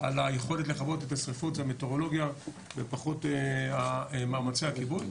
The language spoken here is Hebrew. על היכולת לכבות את השריפות זה המטאורולוגיה ופחות מאמצי הכיבוי.